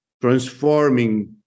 transforming